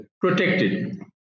protected